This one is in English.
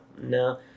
no